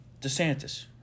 DeSantis